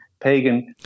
pagan